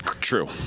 True